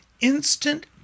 instant